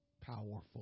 powerful